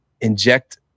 inject